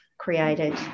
created